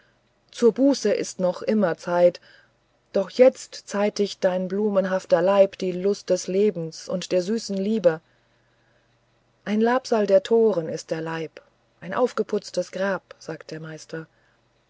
zur buße ist es noch immer zeit doch jetzt zeitigt dein blumenhafter leib die lust des lebens und der süßen liebe ein labsal der toren ist der leib ein aufgeputztes grab sagt der meister